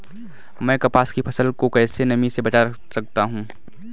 मैं कपास की फसल को कैसे नमी से बचा सकता हूँ?